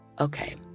Okay